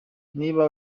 niba